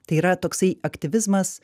tai yra toksai aktyvizmas